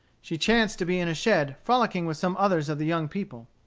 she chanced to be in a shed frolicking with some others of the young people.